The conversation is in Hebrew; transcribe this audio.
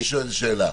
אני שואל שאלה,